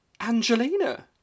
Angelina